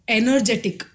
energetic